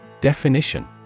Definition